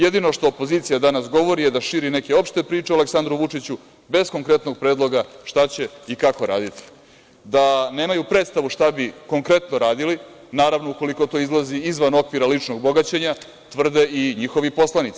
Jedino što opozicija danas govori je da širi neke opšte priče o Aleksandru Vučiću, bez konkretnog predloga šta će i kako raditi.“ Da nemaju predstavu šta bi konkretno radili, naravno, ukoliko to izlazi izvan okvira ličnog bogaćenja, tvrde i njihovi poslanici.